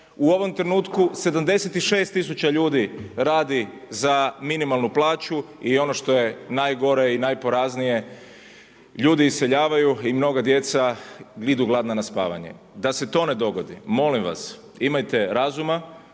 U ovom trenutku 76 tisuća ljudi radi za minimalnu plaću. I ono što je najgore i najporaznije ljudi iseljavaju i mnoga djeca idu gladna na spavanje. Da se to ne dogodi molim vas imajte razuma